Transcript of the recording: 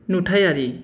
नुथायारि